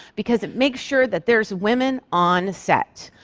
because it makes sure that there's women on set.